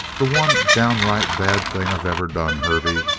the one downright bad thing i've ever done, hervey.